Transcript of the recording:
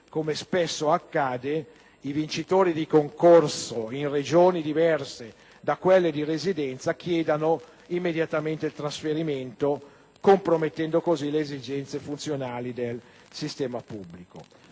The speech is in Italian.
come spesso accade, i vincitori di concorso in Regioni diverse da quelle di residenza chiedano immediatamente il trasferimento, compromettendo così le esigenze funzionali del sistema pubblico.